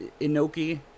Inoki